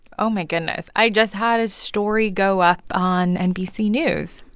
oh, my goodness. i just had a story go up on nbc news.